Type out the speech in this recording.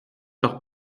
par